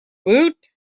woot